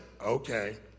okay